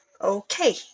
okay